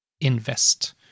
invest